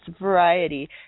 variety